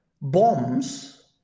bombs